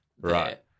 Right